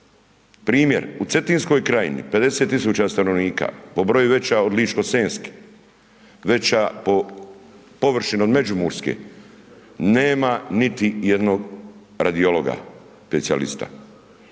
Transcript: Primjer, u Cetinskoj krajnji, 50 tisuća stanovnika, po broju veća od Ličko senjske, veća od površinom Međimurske, nema niti jednog radiologa, specijalista.